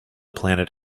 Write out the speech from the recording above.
planet